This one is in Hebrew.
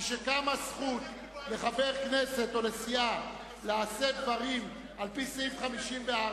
משקמה זכות לחבר כנסת או לסיעה לעשות דברים על-פי סעיף 54,